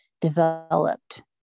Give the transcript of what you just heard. developed